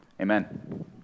Amen